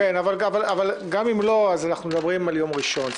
גם אם לא, אנחנו מדברים על יום ראשון.